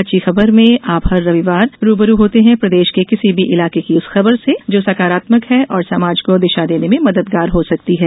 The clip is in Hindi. अच्छी खबर में आप हर रविवार रूबरू होते हैं प्रदेश को किसी भी इलाके की उस खबर से जो सकारात्मक है और समाज को दिशा देने में मददगार हो सकती है